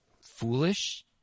foolish